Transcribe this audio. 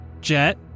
jet